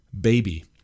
baby